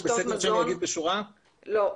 לא.